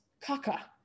kaka